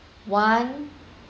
one